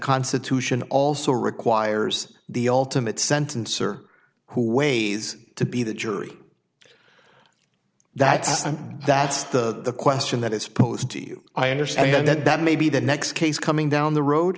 constitution also requires the ultimate sentence or who weighs to be the jury that's the that's the question that is posed to you i understand that that may be the next case coming down the road